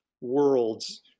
worlds